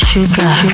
Sugar